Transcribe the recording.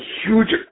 huge